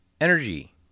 Energy